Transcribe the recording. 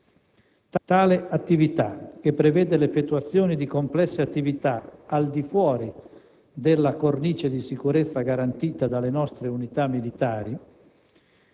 Tale compito, che prevede l'effettuazione di complesse attività al di fuori della cornice di sicurezza garantita dalle nostre unirà militari